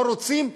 לא רוצים?